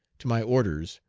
to my orders,